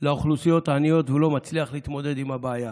לאוכלוסיות העניות ולא מצליח להתמודד עם הבעיה".